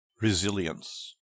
Resilience